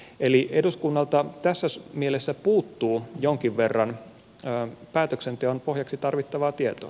eli eduskunnalta tässä mielessä puuttuu jonkin verran päätöksenteon pohjaksi tarvittavaa tietoa